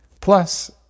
Plus